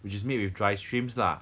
which is made with dried shrimps lah